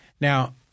Now